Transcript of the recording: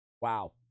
wow